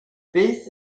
beth